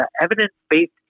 evidence-based